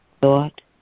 thought